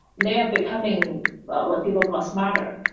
they are becoming what people call smarter.